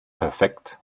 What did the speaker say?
perfekt